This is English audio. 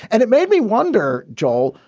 and it made me wonder. joel,